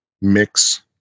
mix